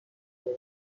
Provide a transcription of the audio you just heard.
قیمت